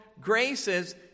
graces